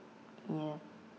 ya